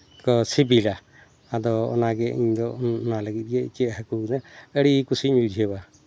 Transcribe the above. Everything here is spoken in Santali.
ᱠᱚ ᱥᱤᱵᱤᱞᱟ ᱟᱫᱚ ᱚᱱᱟᱜᱮ ᱤᱧᱫᱚ ᱚᱱᱟ ᱞᱟᱹᱜᱤᱫ ᱜᱮ ᱤᱪᱟᱹᱜ ᱦᱟᱹᱠᱩ ᱵᱚᱞᱮ ᱟᱹᱰᱤ ᱠᱩᱥᱤᱧ ᱵᱩᱡᱷᱟᱹᱣᱟ